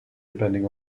depending